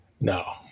No